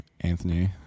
Anthony